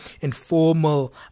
informal